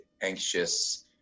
anxious